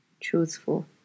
truthful